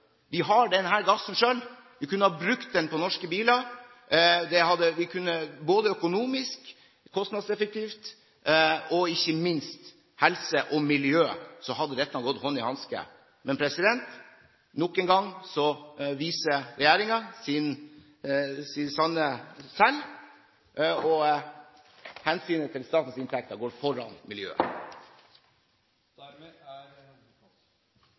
kunne brukt den på norske biler. Både økonomisk, kostnadseffektivt og ikke minst helse- og miljømessig hadde dette gått hånd i hanske, men nok en gang viser regjeringen sitt sanne jeg, og hensynet til statens inntekter går foran miljøet.